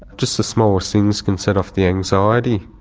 just the smallest things can set off the anxiety.